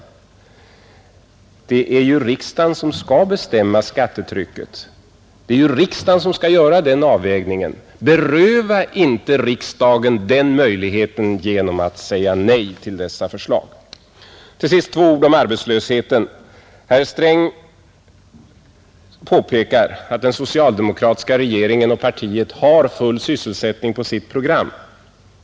Men det är ju riksdagen som skall bestämma skattetrycket, det är ju riksdagen som skall göra den avvägningen. Beröva inte riksdagen den möjligheten genom att säga nej till vissa förslag! Till sist ett par ord till om arbetslösheten! Herr Sträng påpekar att regeringen och det socialdemokratiska partiet har full sysselsättning på sitt program.